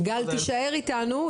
גל תישאר איתנו,